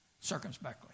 circumspectly